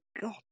God